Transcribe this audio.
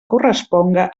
corresponga